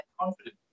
confident